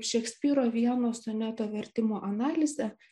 šekspyro vieno soneto vertimo analize